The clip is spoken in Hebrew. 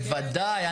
בוודאי.